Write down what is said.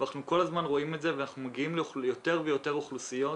אנחנו כל הזמן רואים את זה ואנחנו מגיעים ליותר ויותר אוכלוסיות.